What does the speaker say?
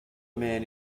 man